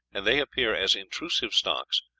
and they appear as intrusive stocks,